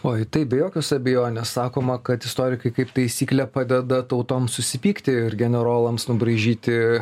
oi taip be jokios abejonės sakoma kad istorikai kaip taisyklė padeda tautoms susipykti ir generolams nubraižyti